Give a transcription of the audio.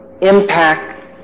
impact